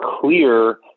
clear